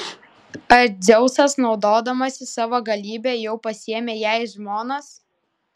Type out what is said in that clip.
ar dzeusas naudodamasis savo galybe jau pasiėmė ją į žmonas